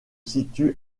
situe